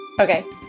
Okay